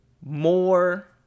more